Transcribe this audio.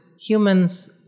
humans